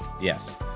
Yes